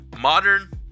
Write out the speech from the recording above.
Modern